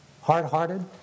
hard-hearted